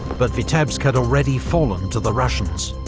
but vitebsk had already fallen to the russians.